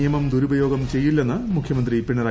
നിയമം ദുരുപയോഗം ചെയ്യില്ലെന്ന് മുഖ്യമന്ത്രി പിണറായി വിജയൻ